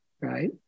right